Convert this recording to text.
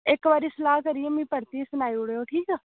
इक बारी सलाह् करियै मिगी परतियै सनाई ओड़ेओ ठीक ऐ